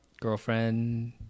girlfriend